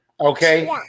okay